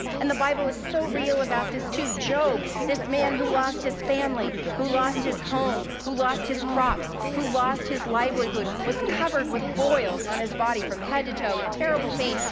and the bible is so real about this, too. job, this man who lost his family, who lost his home, who lost his crops, who lost his livelihood, was covered with boils on his body from head to toe, in terrible pain,